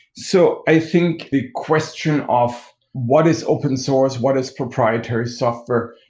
so i think the question of what is open source, what is proprietary software,